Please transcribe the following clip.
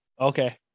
Okay